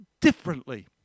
differently